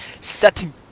setting